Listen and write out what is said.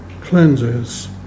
cleanses